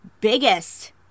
biggest